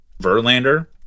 Verlander